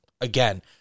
again